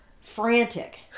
frantic